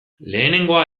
lehenengoa